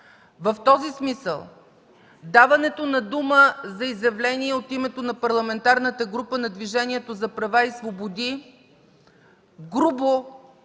В този смисъл даването на дума за изявление от името на Парламентарната група на Движението за права и свободи грубо